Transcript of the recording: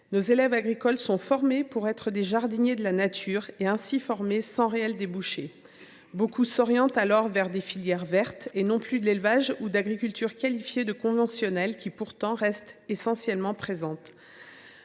Nos élèves agricoles sont formés pour être des jardiniers de la nature, ce qui ne leur offre pas de réels débouchés. Beaucoup s’orientent donc vers des filières vertes et non plus vers l’élevage ou l’agriculture qualifiée de conventionnelle, qui, pourtant, reste très présente